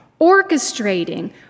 orchestrating